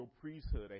priesthood